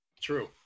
True